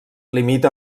limita